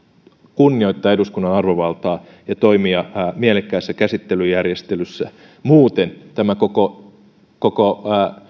kunnioittaa eduskunnan arvovaltaa ja toimia mielekkäässä käsittelyjärjestelyssä muuten tämä koko koko